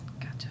Gotcha